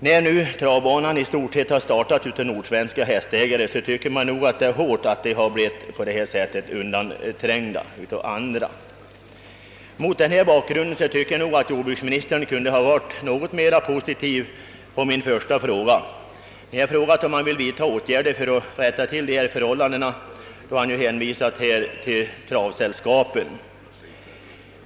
När Färjestads travbana i stort sett har startats av ägare till nordsvenska hästar verkar det hårt att dessa på detta sätt har blivit undanträngda av andra. Mot denna bakgrund kunde jordbruksministern enligt min mening ha varit något mera positiv i svaret på min första fråga — om han ville vidta åtgärder för att rätta till dessa förhållanden — och inte bara ha hänvisat till travsällskapen.